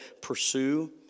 pursue